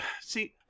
See